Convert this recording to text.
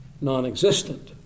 non-existent